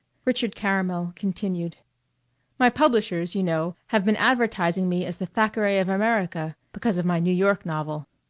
richard caramel continued my publishers, you know, have been advertising me as the thackeray of america because of my new york novel.